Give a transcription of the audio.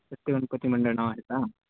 सत्यगणपती मंडळ नाव आहे का